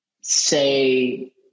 say